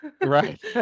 Right